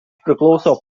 priklauso